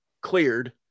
cleared